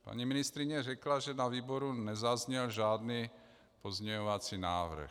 Paní ministryně řekla, že na výboru nezazněl žádný pozměňovací návrh.